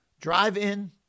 drive-in